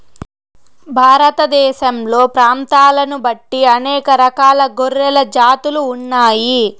భారతదేశంలో ప్రాంతాలను బట్టి అనేక రకాల గొర్రెల జాతులు ఉన్నాయి